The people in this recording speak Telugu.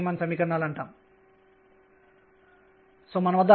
ఇదిmṙdr nrh కు సమానం